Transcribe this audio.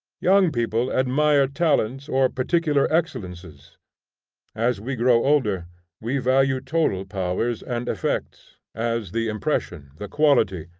young people admire talents or particular excellences as we grow older we value total powers and effects, as the impression, the quality,